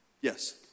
Yes